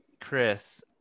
Chris